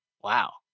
wow